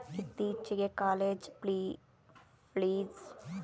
ಇತ್ತೀಚೆಗೆ college fees ಹೆಚ್ಚಾಗಿದೆಯೆಂದು ವಿದ್ಯಾರ್ಥಿಗಳು ಧರಣಿ ನಡೆಸಿದರು